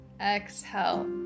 exhale